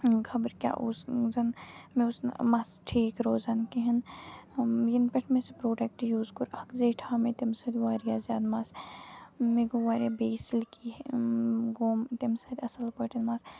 خبر کیٛاہ اوس زَن مےٚ اوس نہٕ مَس ٹھیٖک روزان کِہیٖنۍ یَنہٕ پٮ۪ٹھ مےٚ سُہ پرٛوڈَکٹ یوٗز کوٚر اَکھ زیٹھیٛوو مےٚ تمہِ سۭتۍ واریاہ زیادٕ مَس مےٚ گوٚو واریاہ بیٚیہِ یہِ سِلکی گوم تمہِ سۭتۍ اَصٕل پٲٹھۍ مَس